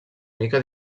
mica